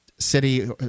city